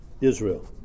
Israel